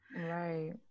Right